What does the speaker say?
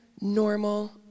normal